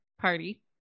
Party